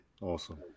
awesome